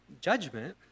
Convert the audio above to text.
Judgment